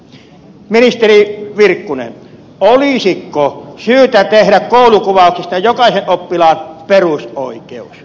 ministeri virkkunen olisiko syytä tehdä koulukuvauksista jokaisen oppilaan perusoikeus